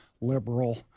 liberal